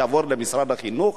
והוא יעבור למשרד החינוך.